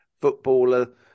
footballer